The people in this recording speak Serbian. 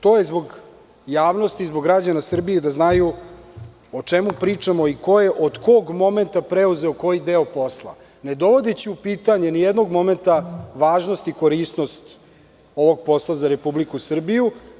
To je zbog javnosti i zbog građana Srbije, da znaju o čemu pričamo i ko je od kog momenta preuzeo koji deo posla, ne dovodeći u pitanje ni jednog momenta važnost i korisnost ovog posla za Republiku Srbiju.